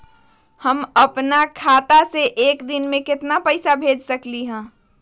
हम अपना खाता से एक दिन में केतना पैसा भेज सकेली?